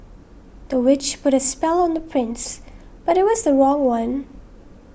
the witch put a spell on the prince but it was the wrong one